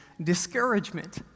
discouragement